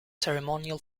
ceremonial